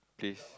place